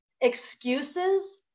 excuses